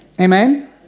Amen